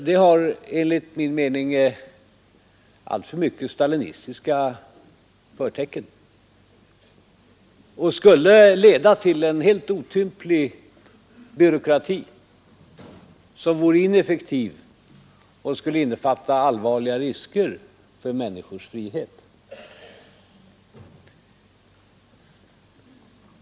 Det har enligt min mening alltför mycket stalinistiska förtecken och skulle leda till en helt otymplig byråkrati, som vore ineffektiv och som skulle innefatta allvarliga risker för människors frihet.